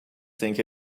think